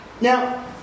Now